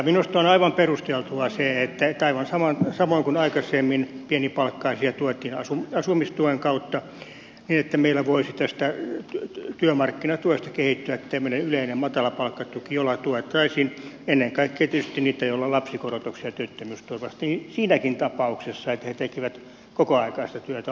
minusta on aivan perusteltua se että aivan samoin kuin aikaisemmin pienipalkkaisia tuettiin asumistuen kautta meillä voisi tästä työmarkkinatuesta kehittyä tämmöinen yleinen matalapalkkatuki jolla tuettaisiin ennen kaikkea tietysti niitä joilla on lapsikorotuksia työttömyysturvassa siinäkin tapauksessa että he tekevät kokoaikaista työtä